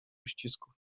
uścisków